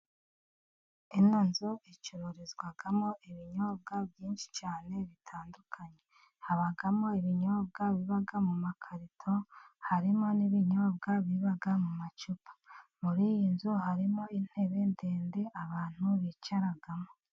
Iyi nzu icuririzwamo ibinyobwa byinshi cyane bitandukanye, habamo ibinyobwa biba mu makarito, harimo n'ibinyobwa biba mu macupa, muri iyi nzu harimo intebe ndende abantu bicaramo.